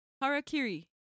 Harakiri